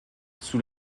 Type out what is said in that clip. sous